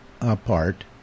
apart